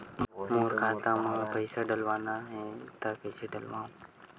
मोर खाता म पईसा डालना हे त कइसे डालव?